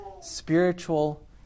spiritual